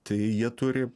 tai jie turi